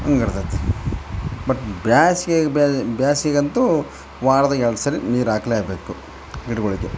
ಹಂಗೆ ಇರ್ತದೆ ಬಟ್ ಬೇಸ್ಗೆಯಾಗೆ ಬೇಸ್ಗೆ ಅಂತೂ ವಾರದಾಗೆ ಎರ್ಡು ಸಲ ನೀರು ಹಾಕ್ಲೇಬೇಕು ಗಿಡಗಳಿಗೆ